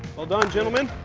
well done, gentlemen.